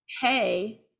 hey